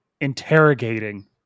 interrogating